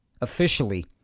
officially